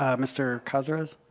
um mr. cazares?